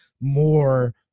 more